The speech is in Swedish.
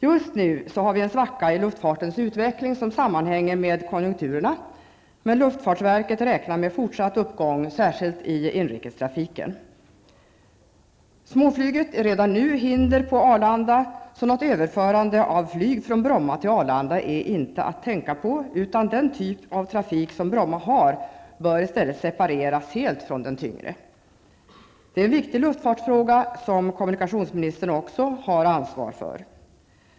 Just nu är det en svacka i luftfartens utveckling som sammanhänger med konjunkturerna. Men luftfartsverket räknar med en fortsatt uppgång, särskilt i inrikestrafiken. Småflyget är redan nu ett hinder på Arlanda. Något överförande av flyg från Bromma till Arlanda är därför inte att tänka på, utan den typ av trafik som Bromma har bör i stället separeras helt från den tyngre. Det är en viktig luftfartsfråga som kommunikationsministern också har ansvar för.